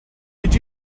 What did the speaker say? did